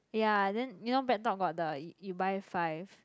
ya then you know BreakTalk got the you buy five